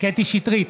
קטי קטרין שטרית,